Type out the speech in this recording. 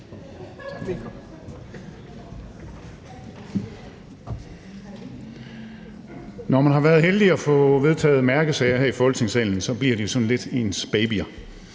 Når man har været heldig at få vedtaget mærkesager her i Folketingssalen, bliver de jo sådan lidt ens babyer,